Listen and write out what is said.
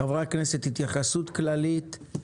חברי הכנסת התייחסות כללית.